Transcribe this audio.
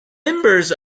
members